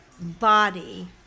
body